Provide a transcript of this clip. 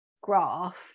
graph